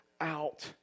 out